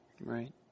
Right